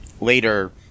later